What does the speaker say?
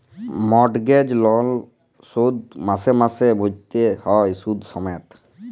mortgage লল শোধ মাসে মাসে ভ্যইরতে হ্যয় সুদ সমেত